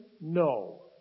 No